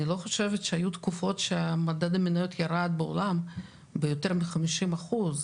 אני לא חושבת שהיו תקופות שמדד המניות ירד בעולם ביותר מחמישים אחוז.